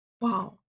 Wow